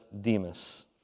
Demas